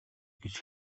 гэж